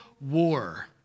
war